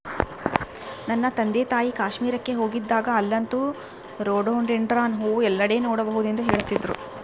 ನನ್ನ ತಂದೆತಾಯಿ ಕಾಶ್ಮೀರಕ್ಕೆ ಹೋಗಿದ್ದಾಗ ಅಲ್ಲಂತೂ ರೋಡೋಡೆಂಡ್ರಾನ್ ಹೂವು ಎಲ್ಲೆಡೆ ನೋಡಬಹುದೆಂದು ಹೇಳ್ತಿದ್ರು